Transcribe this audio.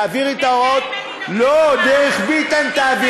תעבירי את ההוראות דרך ביטן.